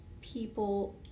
people